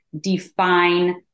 define